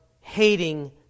hating